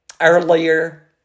earlier